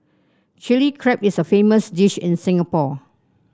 Chilli Crab is a famous dish in Singapore